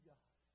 God